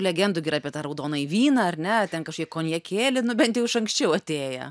legendų gi ir apie tą raudonąjį vyną ar ne ten kažkokį konjakėlį bent jau iš anksčiau atėję